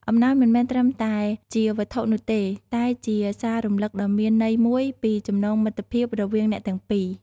អំណោយមិនមែនត្រឹមតែជាវត្ថុនោះទេ តែជាសាររំលឹកដ៏មានន័យមួយពីចំណងមិត្តភាពរវាងអ្នកទាំងពីរ។